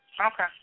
Okay